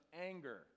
anger